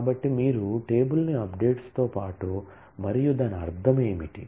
కాబట్టి మీరు టేబుల్ ను అప్డేట్స్ తో పాటు మరియు దాని అర్థం ఏమిటి